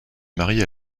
mariée